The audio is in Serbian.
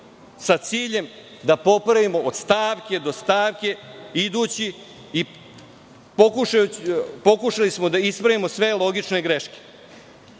sa ciljem da popravimo od stavke, do stavke išli i pokušali da ispravimo sve logične greške. Slažem